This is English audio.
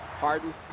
Harden